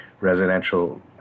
residential